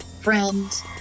friends